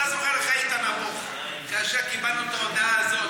אתה זוכר איך היית נבוך כאשר קיבלנו את ההודעה הזאת,